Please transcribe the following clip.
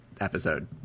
episode